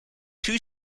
two